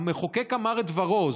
המחוקק אמר את דברו,